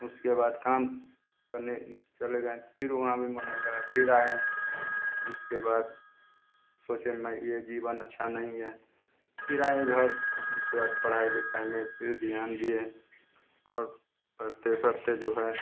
उसके बाद काम करने चले गएँ फिर वहाँ भी मन नै लगा फिर आए उसके बाद सोचे मैं ये जीवन अच्छा नहीं हैं फिर आए घर उसके बाद पढ़ाई लिखाई में फिर ध्यान दिए और पढ़ते पढ़ते जो हैं